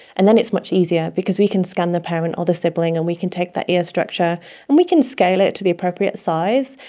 and then it's much easier because we can scan the parent or the sibling and we can take that ear structure and we can scale it to the appropriate size.